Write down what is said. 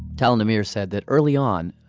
tal and amir said that early on,